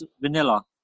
Vanilla